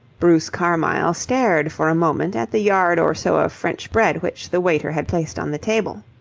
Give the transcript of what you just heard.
bruce carmyle stared for a moment at the yard or so of french bread which the waiter had placed on the table.